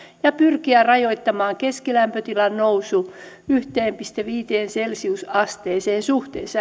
ja pyrkiä rajoittamaan keskilämpötilan nousu yhteen pilkku viiteen celsiusasteeseen suhteessa